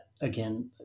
again